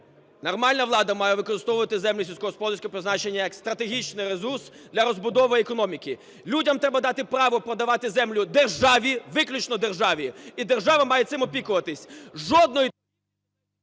Нормальна влада має використовувати землю сільськогосподарського призначення як стратегічний ресурс для розбудови економіки. Людям треба дати право продавати землю державі, виключно державі, і держава має цим опікуватися. Жодної…